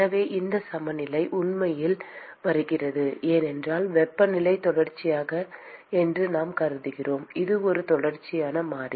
எனவே இந்த சமநிலை உண்மையில் வருகிறது ஏனென்றால் வெப்பநிலை தொடர்ச்சியானது என்று நாம் கருதுகிறோம் இது ஒரு தொடர்ச்சியான மாறி